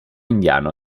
indiano